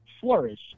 flourish